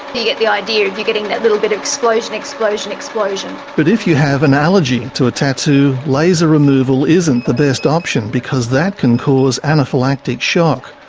you get the idea you're getting that little bit of explosion, explosion, explosion. but if you have an allergy to a tattoo, laser removal isn't the best option because that can cause anaphylactic shock.